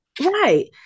Right